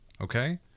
okay